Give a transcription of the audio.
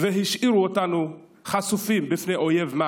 והשאירו אותנו חשופים בפני אויב מר,